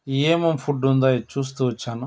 ఏమేం ఫుడ్ ఉందో చూస్తూ వచ్చాను